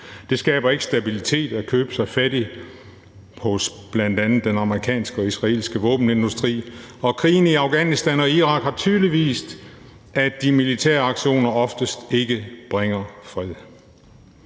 Det skaber ikke stabilitet at købe sig fattig hos bl.a. den amerikanske og israelske våbenindustri, og krigen i Afghanistan og Irak har tydeligt vist, at de militære aktioner oftest ikke bringer fred.